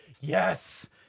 yes